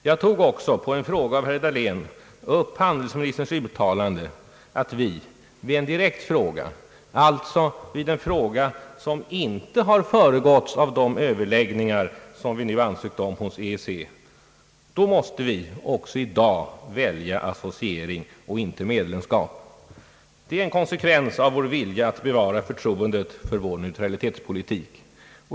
Jag tog också på en fråga av herr Dahlén upp handelsministerns uttalande att vi vid en direkt fråga — alltså vid en fråga som inte föregåtts av sådana Överläggningar som vi ansökt om hos EEC — även i dag måste välja associering och inte medlemskap. Det är en konsekvens av vår vilja att bevara förtroendet för vår neutralitetspolitik.